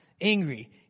angry